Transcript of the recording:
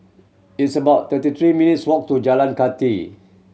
it's about thirty three minutes' walk to Jalan Kathi